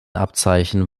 abzeichen